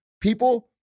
people